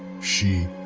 she,